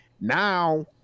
now